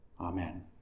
Amen